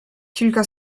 kilka